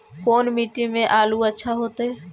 कोन मट्टी में आलु अच्छा होतै?